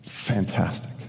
Fantastic